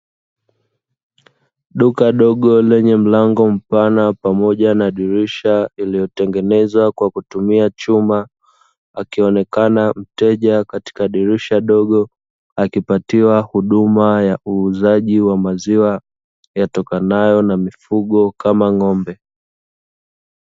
Duka dogo lenye mlango mpana pamoja na dirisha lililo tengenezwa kwa kutumia chuma akionekana mteja katika dirisha dogo akipatiwa huduma ya uuzaji wa maziwa yatokanayo na mifugo kama ng'ombe.